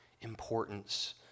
importance